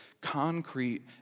concrete